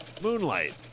moonlight